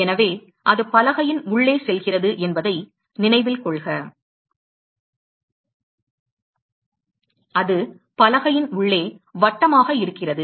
எனவே அது பலகையின் உள்ளே செல்கிறது என்பதை நினைவில் கொள்க அது பலகையின் உள்ளே வட்டமாக இருக்கிறது